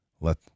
Let